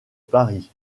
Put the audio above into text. paris